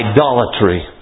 Idolatry